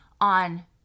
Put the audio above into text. on